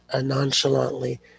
nonchalantly